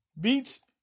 beats